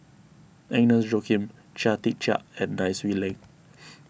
Agnes Joaquim Chia Tee Chiak and Nai Swee Leng